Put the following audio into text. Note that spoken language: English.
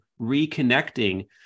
reconnecting